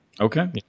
Okay